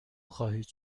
خواهید